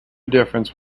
difference